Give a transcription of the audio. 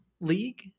league